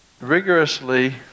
rigorously